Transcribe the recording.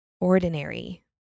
ordinary